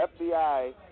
FBI